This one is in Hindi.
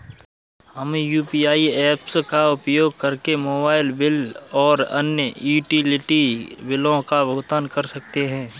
हम यू.पी.आई ऐप्स का उपयोग करके मोबाइल बिल और अन्य यूटिलिटी बिलों का भुगतान कर सकते हैं